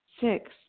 Six